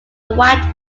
white